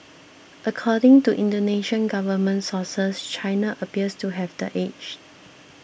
according to Indonesian government sources China appears to have the edge